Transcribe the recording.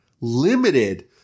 limited